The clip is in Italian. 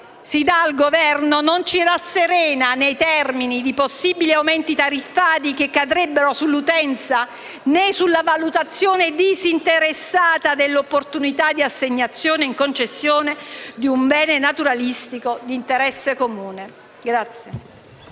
delega al Governo non ci rasserena, nei termini dei possibili aumenti tariffari che ricadrebbero sull'utenza né nella valutazione disinteressata dell'opportunità di assegnazione in concessione di un bene naturalistico di interesse comune.